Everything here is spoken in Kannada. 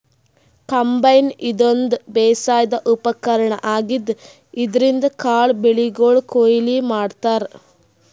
ಕಂಬೈನ್ ಇದೊಂದ್ ಬೇಸಾಯದ್ ಉಪಕರ್ಣ್ ಆಗಿದ್ದ್ ಇದ್ರಿನ್ದ್ ಕಾಳ್ ಬೆಳಿಗೊಳ್ ಕೊಯ್ಲಿ ಮಾಡ್ತಾರಾ